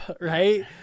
Right